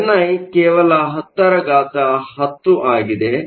NI ಕೇವಲ 1010ಆಗಿದೆ